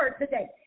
today